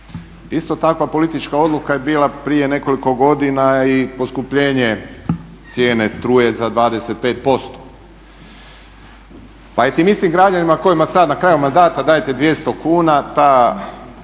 Isto takva politička odluka je bila prije nekoliko godina i poskupljenje cijene struje za 25% Pa je tim istim građanima kojima sad na kraju mandata dajete 200 kuna ta